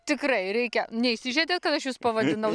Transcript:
tikrai reikia neįsižeidėt kad aš jus pavadinau